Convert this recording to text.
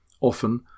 Often